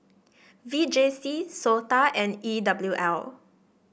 V J C SOTA and E W L